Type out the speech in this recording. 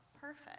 Perfect